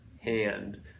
hand